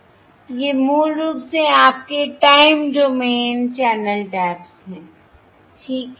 ये मूल रूप से आपके टाइम डोमेन चैनल टैप्स हैं ठीक है